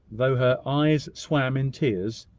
though her eyes swam in tears,